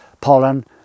pollen